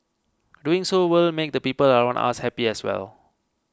doing so will make the people around us happy as well